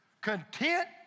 Content